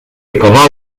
acabà